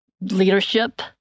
leadership